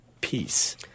peace